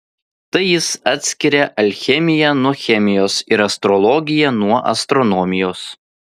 tai jis atskiria alchemiją nuo chemijos ir astrologiją nuo astronomijos